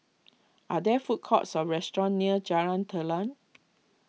are there food courts or restaurants near Jalan Telang